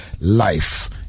life